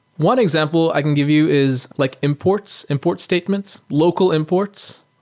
one example i can give you is like imports, import statements, local imports,